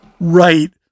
Right